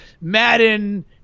Madden